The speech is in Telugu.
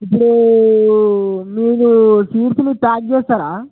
ఇప్పుడు మీరు సీడ్స్ని ప్యాక్ చేస్తరా